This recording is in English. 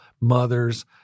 mothers